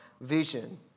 vision